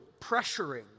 pressuring